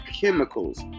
chemicals